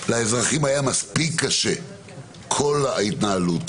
לאזרחים היה קשה מספיק כל ההתנהלות,